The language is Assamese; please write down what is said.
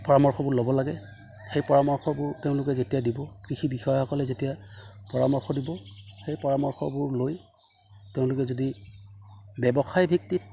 পৰামৰ্শবোৰ ল'ব লাগে সেই পৰামৰ্শবোৰ তেওঁলোকে যেতিয়া দিব কৃষি বিষয়াসকলে যেতিয়া পৰামৰ্শ দিব সেই পৰামৰ্শবোৰ লৈ তেওঁলোকে যদি ব্যৱসায়ভিত্তিত